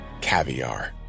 Caviar